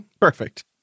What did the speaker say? Perfect